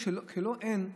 כשאין,